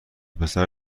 پسر